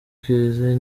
kiliziya